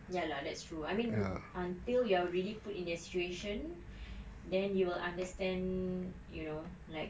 ya lah ya lah that's true I mean until you're really put in their situation then you will understand you know like